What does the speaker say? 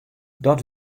dat